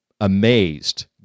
amazed